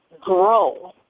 grow